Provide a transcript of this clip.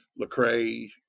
Lecrae